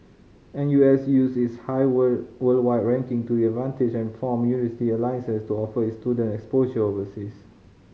N U S used its high worldwide ranking to advantage and formed university alliances to offer its student exposure overseas